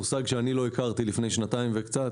מושג שאני לא הכרתי לפני שנתיים וקצת,